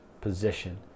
position